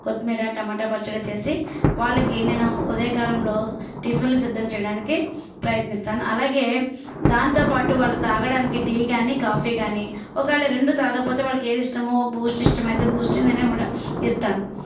కొత్తిమీర టమాటా పచ్చడి చేసి వాళ్ళకి నేను ఉదయకాలంలో టిఫిన్లు సిద్ధం చేయడానికి ప్రయత్నిస్తాను అలాగే దాంతో పాటు వాళ్ళు తాగడానికి టీ కాని కాఫీ కాని ఒకేవేలా రెండూ తాగకపోతే వాళ్ళకి ఏది ఇష్టమో బూస్ట్ ఇష్టమైతే బూస్టు నేను ఇవ్వడా ఇస్తాను